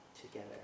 together